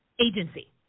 agency